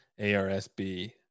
arsb